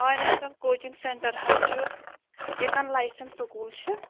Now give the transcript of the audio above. oriental coaching centre حظ چھُ ییٚتن لایسن سکوٗل چھِ